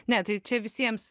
ne tai čia visiems